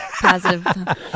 positive